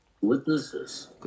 Witnesses